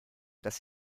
dass